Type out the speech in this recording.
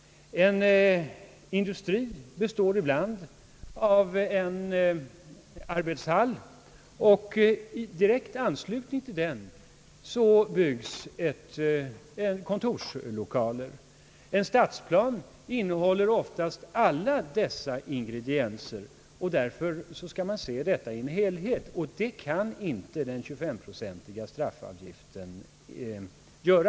En industri består ibland av en arbetshall, och i direkt anslutning därtill kontorslokaler. En stadsplan innehåller ofta alla dessa ingredienser. Därför skall man se bebyggelsen som en helhet, och det kan inte den 25-procentiga straffavgiften göra.